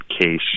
case